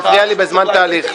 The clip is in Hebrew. אתה מפריע לי בזמן תהליך.